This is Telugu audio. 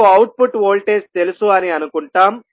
మనకు అవుట్పుట్ వోల్టేజ్ తెలుసు అని అనుకుంటాం